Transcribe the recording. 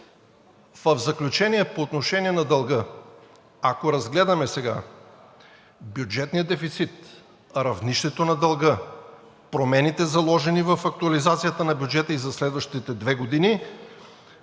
В заключение по отношение на дълга. Ако разгледаме сега бюджетния дефицит, равнището на дълга, промените, заложени в актуализацията на бюджета и за следващите две години,